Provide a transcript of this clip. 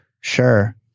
Sure